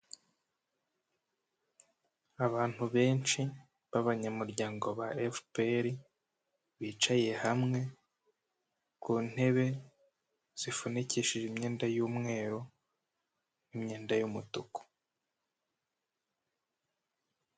Abantu benshi b'abanyamuryango ba FPR bicaye hamwe ku ntebe zifunikishije imyenda y'umweru n'imyenda y'umutuku.